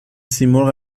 سیمرغ